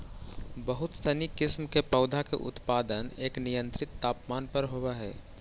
बहुत सनी किस्म के पौधा के उत्पादन एक नियंत्रित तापमान पर होवऽ हइ